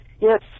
Yes